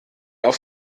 auf